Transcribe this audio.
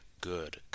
good